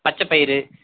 பச்சை பயிறு